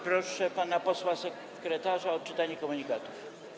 Proszę pana posła sekretarza o odczytanie komunikatów.